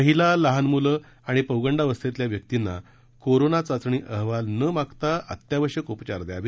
महिला लहान मुलं आणि पौगंडावस्थेतल्या व्यक्तींना कोरोना चाचणी अहवाल न मागता अत्यावश्यक उपचार द्यावे